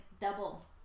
double